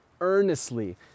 earnestly